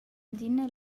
adina